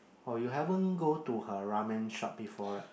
oh you haven't go to her ramen shop before right